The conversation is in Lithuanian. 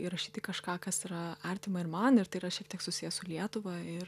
įrašyti kažką kas yra artima ir man ir tai yra šiek tiek susiję su lietuva ir